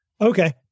Okay